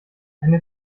eine